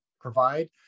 provide